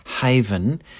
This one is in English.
haven